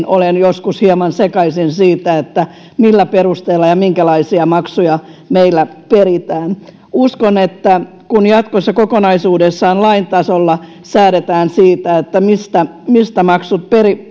olen joskus hieman sekaisin siitä millä perusteella ja minkälaisia maksuja meillä peritään uskon että kun jatkossa kokonaisuudessaan lain tasolla säädetään siitä mistä mistä maksut